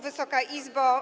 Wysoka Izbo!